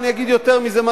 ואני אגיד יותר מזה,